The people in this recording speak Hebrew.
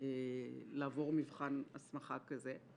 לעבור מבחן הסמכה כזה,